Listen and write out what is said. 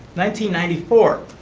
ninety ninety four,